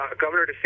Governor